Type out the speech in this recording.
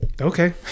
Okay